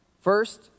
First